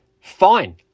Fine